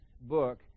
book